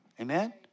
Amen